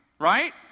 Right